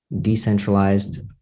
decentralized